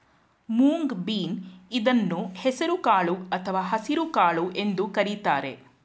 moong bean ಇದನ್ನು ಹೆಸರು ಕಾಳು ಅಥವಾ ಹಸಿರುಕಾಳು ಎಂದು ಕರಿತಾರೆ